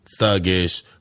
thuggish